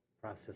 process